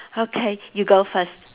okay you go first